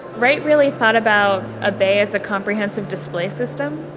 wright really thought about a bay as a comprehensive display system.